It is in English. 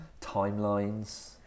timelines